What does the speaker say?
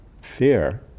fear